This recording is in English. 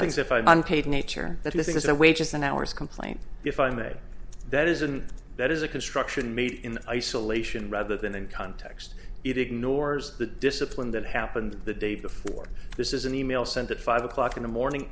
things if i'm on page nature that this is a way just an hour's complaint if i may that isn't that is a construction made in isolation rather than context it ignores the discipline that happened the day before this is an email sent at five o'clock in the morning